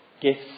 gifts